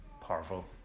powerful